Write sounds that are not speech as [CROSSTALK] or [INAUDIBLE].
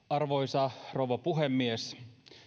[UNINTELLIGIBLE] arvoisa rouva puhemies